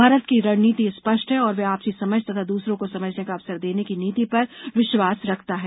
भारत की रणनीति स्पष्ट है और वह आपसी समझ तथा दूसरों को समझने का अवसर देने की नीति पर विश्वास रखता है